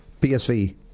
PSV